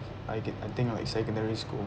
I th~ I think like secondary school